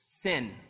Sin